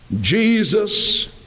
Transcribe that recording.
Jesus